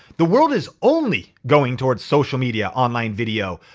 the world is only going towards social media, online video,